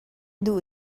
duh